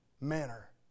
manner